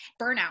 burnout